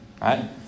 right